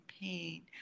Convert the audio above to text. pain